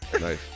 Nice